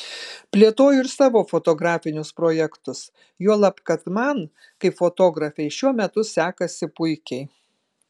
plėtoju ir savo fotografinius projektus juolab kad man kaip fotografei šiuo metu sekasi puikiai